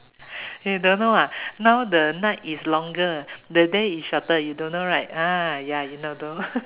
you don't know ah now the night is longer the day is shorter you don't know right ah ya you know don't